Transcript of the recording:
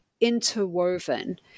interwoven